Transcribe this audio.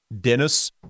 Dennis